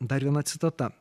dar viena citata